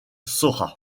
saurat